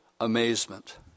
amazement